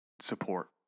support